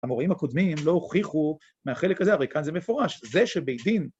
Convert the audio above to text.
המורים הקודמים לא הוכיחו מהחלק הזה, הרי כאן זה מפורש, זה שבית דין...